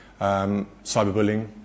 Cyberbullying